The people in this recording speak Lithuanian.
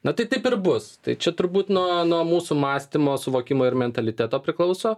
na tai taip ir bus tai čia turbūt nuo nuo mūsų mąstymo suvokimo ir mentaliteto priklauso